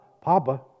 Papa